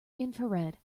infrared